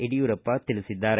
ಯಡಿಯೂರಪ್ಪ ತಿಳಿಸಿದ್ದಾರೆ